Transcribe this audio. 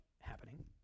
happening